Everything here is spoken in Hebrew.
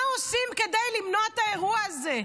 מה עושים כדי למנוע את האירוע הזה?